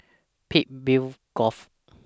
Peakville Grove